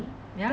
ya